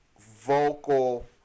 vocal